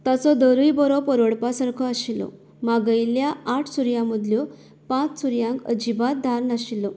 तसो दरूय बरो परवडपा सारको आशिल्लो मागयल्ल्या आठ सुरयां मदल्यो पांच सुरयांक अजिबात धार नाशिल्लो